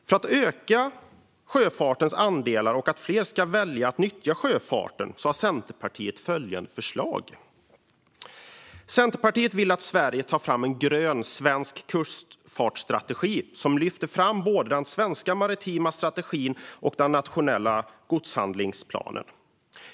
För att öka sjöfartens andelar och för att fler ska välja att nyttja sjöfarten har Centerpartiet följande förslag: Centerpartiet vill att Sverige tar fram en grön kustfartsstrategi som lyfter fram både den svenska maritima strategin och den nationella godshandlingsplanen.